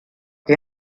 que